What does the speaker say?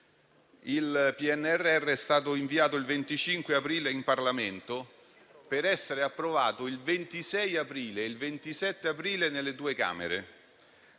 Il PNRR è stato inviato il 25 aprile in Parlamento per essere approvato il 26 e il 27 aprile nelle due Camere: